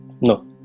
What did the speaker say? No